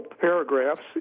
paragraphs